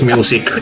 Music